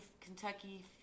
Kentucky